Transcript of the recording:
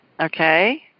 Okay